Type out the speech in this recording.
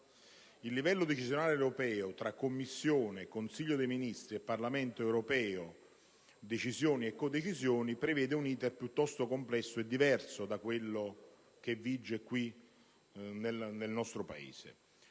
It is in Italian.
Il livello decisionale europeo, tra Commissione, Consiglio dei ministri e Parlamento europeo, decisioni e codecisioni, prevede un *iter* piuttosto complesso e diverso da quello che vige nel nostro Paese.